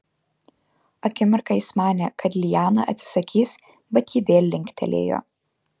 akimirką jis manė kad liana atsisakys bet ji vėl linktelėjo